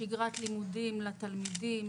שגרת לימודים לתלמידים,